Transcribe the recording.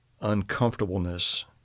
uncomfortableness